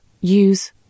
use